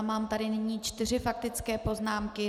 Mám tady nyní čtyři faktické poznámky.